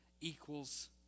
equals